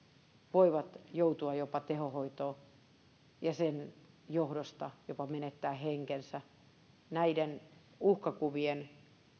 voivat joutua jopa tehohoitoon ja sen johdosta jopa menettää henkensä sen parempi näiden uhkakuvien